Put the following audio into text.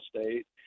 state